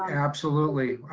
absolutely.